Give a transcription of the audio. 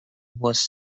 was